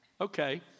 Okay